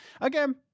again